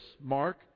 Mark